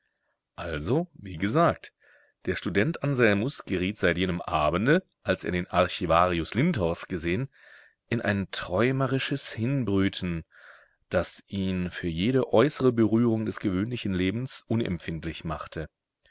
also wie gesagt der student anselmus geriet seit jenem abende als er den archivarius lindhorst gesehen in ein träumerisches hinbrüten das ihn für jede äußere berührung des gewöhnlichen lebens unempfindlich machte